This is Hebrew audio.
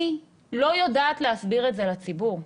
אני לא יודעת להסביר את זה לציבור.